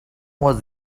was